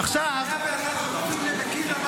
101 חטופים נמקים למוות בעזה.